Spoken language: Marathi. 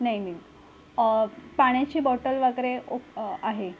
नाही नाही पाण्याची बॉटल वगैरे ओ आहे